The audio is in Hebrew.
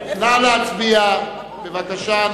בבקשה.